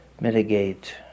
mitigate